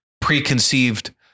preconceived